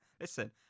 Listen